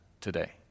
today